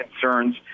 concerns